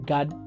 God